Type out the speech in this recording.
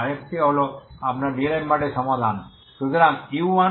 এটি আপনার ডিআলেমবার্টের সমাধান DAlemberts solution